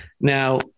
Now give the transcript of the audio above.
Now